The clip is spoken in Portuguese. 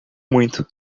muito